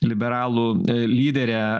liberalų lyderė